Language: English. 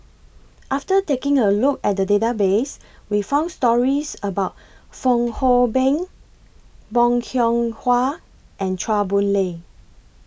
after taking A Look At The Database We found stories about Fong Hoe Beng Bong Hiong Hwa and Chua Boon Lay